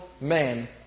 man